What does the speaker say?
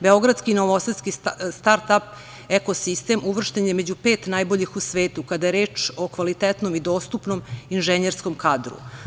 Beogradski, novosadski start-ap ekosistem uvršten je među pet najboljih u svetu kada je reč o kvalitetnom i dostupnom inženjerskom kadru.